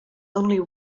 only